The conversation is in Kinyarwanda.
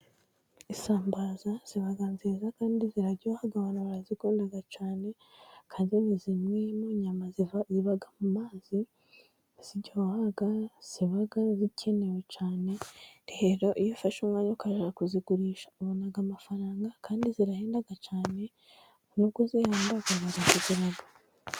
Isambaza ziba nziza kandi ziraryoha abana barazikunda cyane kandi ni zimwe mu nyama ziba mu mazi ziryoha, ziba zikenewe cyane rero iyo ufashe umwanya ukajya kuzigurisha ubona amafaranga kandi zirahenda cyane rero nubwo zihenda barazigura.